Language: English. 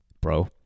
bro